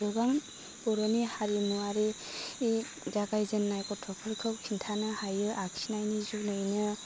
गोबां बर'नि हारिमुवारि जागायजेन्नाय गथ'फोरखौ खिन्थानो हायो आखिनायनि जुनैनो